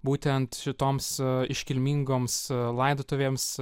būtent šitoms iškilmingoms laidotuvėms